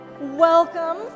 Welcome